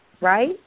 right